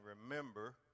remember